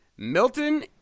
Milton